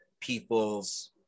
people's